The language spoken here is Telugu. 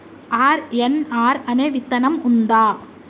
ఆర్.ఎన్.ఆర్ అనే విత్తనం ఉందా?